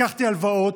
לקחתי הלוואות.